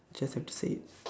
just the same